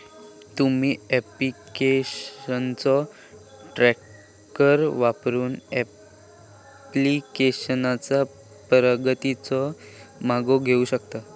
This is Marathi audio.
तुम्ही ऍप्लिकेशनचो ट्रॅकर वापरून ऍप्लिकेशनचा प्रगतीचो मागोवा घेऊ शकता